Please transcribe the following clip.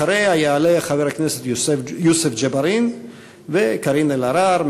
אחריה יעלו חברי הכנסת יוסף ג'בארין וקארין אלהרר,